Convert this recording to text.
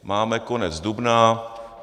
Máme konec dubna.